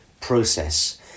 process